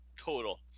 total